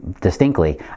distinctly